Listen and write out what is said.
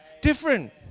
different